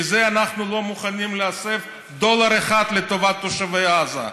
מזה אנחנו לא מוכנים להסב דולר אחד לטובת תושבי עזה.